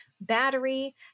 battery